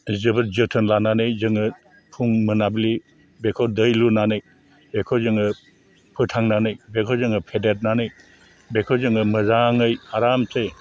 जोबोद जोथोन लानानै जोङो फुं मोनाबिलि बेखौ दै लुनानै बेखौ जोङो फोथांनानै बेखौ जोङो फेदेरनानै बेखौ जोङो मोजाङै आरामसे